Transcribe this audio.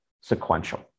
sequential